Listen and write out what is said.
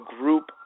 group